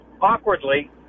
awkwardly